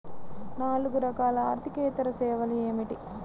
నాలుగు రకాల ఆర్థికేతర సేవలు ఏమిటీ?